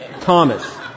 Thomas